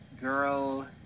girl